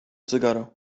cygaro